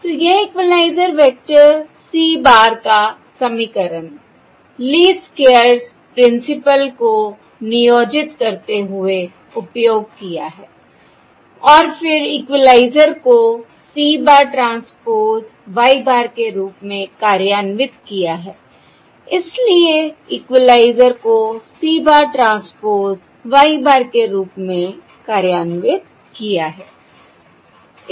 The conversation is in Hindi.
तो यह इक्वलाइज़र वेक्टर C bar का समीकरण लीस्ट स्क्वेयर्स प्रिंसिपल को नियोजित व्युत्पन्न करते हुए उपयोग किया है और फिर इक्वलाइज़र को c bar transpose y bar के रूप में कार्यान्वित किया है इसलिए इक्वलाइज़र को c bar transpose y bar के रूप में कार्यान्वित किया है